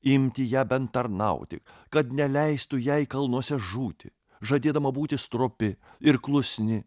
imti ją bent tarnauti kad neleistų jai kalnuose žūti žadėdama būti stropi ir klusni